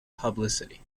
publicity